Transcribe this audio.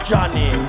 Johnny